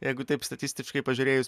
jeigu taip statistiškai pažiūrėjus